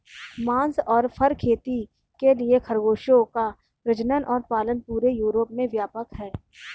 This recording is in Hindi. मांस और फर खेती के लिए खरगोशों का प्रजनन और पालन पूरे यूरोप में व्यापक है